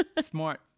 Smart